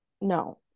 no